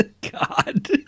God